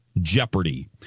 jeopardy